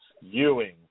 Ewing